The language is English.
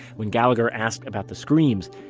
when gallagher asked about the screams,